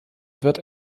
wird